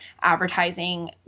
advertising